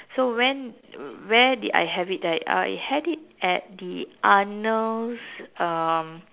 so when where did I have it right I had it at the Arnolds um